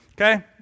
okay